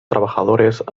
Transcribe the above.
trabajadores